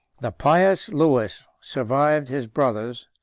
the pious lewis survived his brothers,